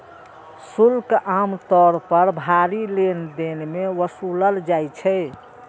शुल्क आम तौर पर भारी लेनदेन मे वसूलल जाइ छै